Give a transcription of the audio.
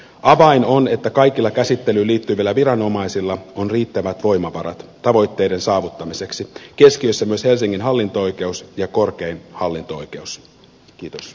avain on että kaikilla käsittelyyn liittyvillä viranomaisilla on riittävät voimavarat tavoitteiden saavuttamiseksi keskiössä myös helsingin hallinto oikeus ja korkein hallinto oikeus